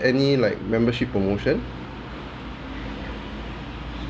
any like membership promotion